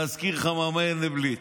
להזכיר לך, מר מנדלבליט,